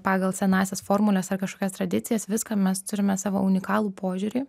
pagal senąsias formules ar kažkokias tradicijas viską mes turime savo unikalų požiūrį